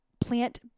plant